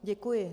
Děkuji.